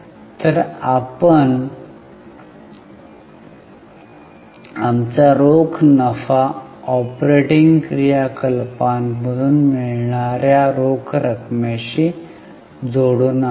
तर आपण आमचा रोख नफा ऑपरेटिंग क्रियाकलापातून मिळणा या रोख रकमेशी जोडून आहोत